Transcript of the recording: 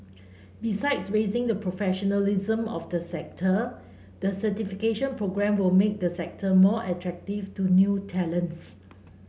besides raising the professionalism of the sector the certification programme will make the sector more attractive to new talents